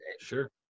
sure